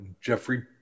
Jeffrey